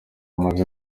bamaze